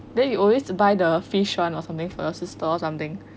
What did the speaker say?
then you always buy the fish one or something first the stall something